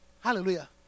Hallelujah